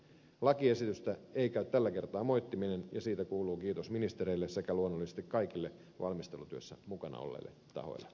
lakiesitystä ei käy tällä kertaa moittiminen ja siitä kuuluu kiitos ministereille sekä luonnollisesti kaikille valmistelutyössä mukana olleille tahoille